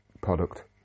product